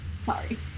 Sorry